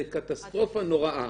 זה קטסטרופה נוראה.